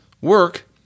work